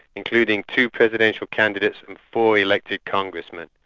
including two presidential candidates and four elected congressmen.